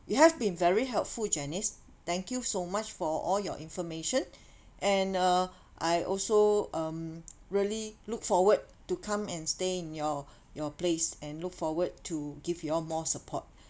you have been very helpful janice thank you so much for all your information and uh I also um really look forward to come and stay in your your place and look forward to give you all more support